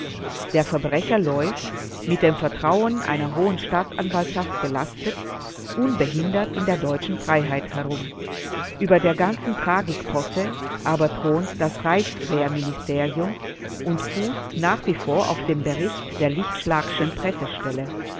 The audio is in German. der verbrecher läuft mit dem vertrauen einer hohen staatsanwaltschaft belastet unbehindert in der deutschen freiheit herum über der ganzen tragi-posse aber thront das reichswehrministerium und fußt nach wie vor auf dem bericht der lichtschlagschen pressestelle